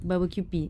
barbecue pit